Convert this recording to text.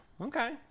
Okay